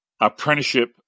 apprenticeship